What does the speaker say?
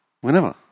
Whenever